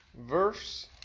Verse